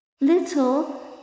little